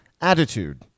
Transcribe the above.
attitude